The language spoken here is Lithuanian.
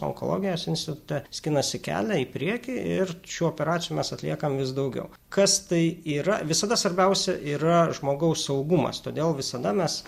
onkologijos institute skinasi kelią į priekį ir šių operacijų mes atliekam vis daugiau kas tai yra visada svarbiausia yra žmogaus saugumas todėl visada mes